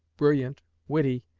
brilliant, witty,